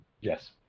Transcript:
Yes